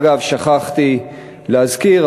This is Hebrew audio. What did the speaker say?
אגב שכחתי להזכיר,